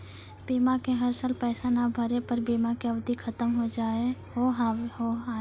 बीमा के हर साल पैसा ना भरे पर बीमा के अवधि खत्म हो हाव हाय?